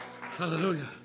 Hallelujah